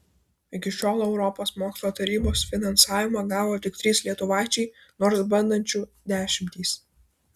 iki šiol europos mokslo tarybos finansavimą gavo tik trys lietuvaičiai nors bandančių dešimtys